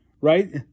Right